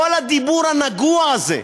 כל הדיבור הנגוע הזה,